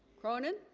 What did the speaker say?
cronan